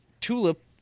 Tulip